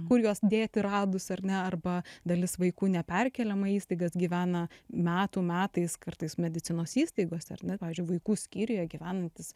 kur juos dėti radus ar ne arba dalis vaikų neperkeliama į įstaigas gyvena metų metais kartais medicinos įstaigose ar ne pavyzdžiui vaikų skyriuje gyvenantys